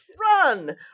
Run